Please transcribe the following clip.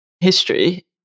history